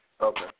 Okay